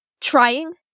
Trying